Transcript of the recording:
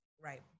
Right